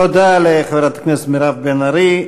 תודה לחברת הכנסת מירב בן ארי.